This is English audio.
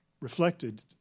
reflected